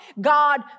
God